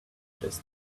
just